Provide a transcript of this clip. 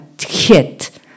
hit